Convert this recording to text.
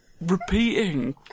repeating